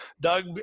Doug